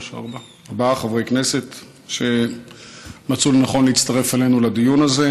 ארבעת חברי הכנסת שמצאו לנכון להצטרף אלינו לדיון הזה,